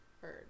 heard